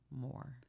more